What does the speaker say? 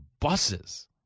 buses